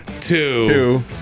Two